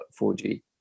4g